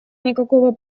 никакого